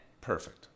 Perfect